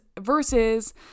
versus